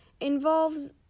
involves